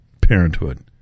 parenthood